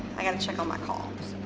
i got to check on my calls.